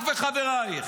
ותזכרי את זה,